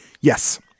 yes